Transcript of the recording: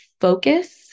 focus